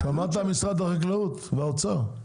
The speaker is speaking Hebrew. שמעתם, משרד החקלאות והאוצר?